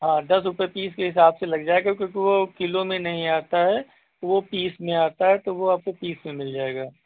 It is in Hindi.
हाँ दस रुपये पीस के हिसाब से लग जाएगा क्योंकि वह किलो में नहीं आता है वह पीस में आता है तो वह आपको पीस में मिल जाएगा